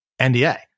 NDA